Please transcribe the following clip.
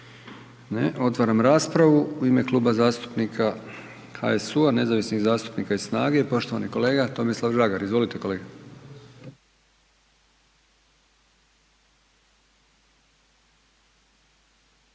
Ne. Otvaram raspravu. U ime Kluba zastupnika HSU-a, nezavisnih zastupnika i SNAGA-e poštovani kolega Tomislav Žagar. Izvolite kolega.